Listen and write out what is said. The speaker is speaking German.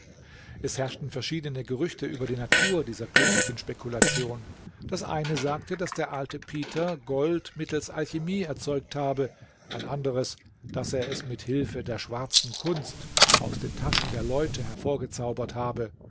es herrschten verschiedene gerüchte über die natur dieser glücklichen spekulation das eine sagte daß der alte peter gold mittels alchymie erzeugt habe ein anderes daß er es mit hilfe der schwarzen kunst aus den taschen der leute hervorgezaubert habe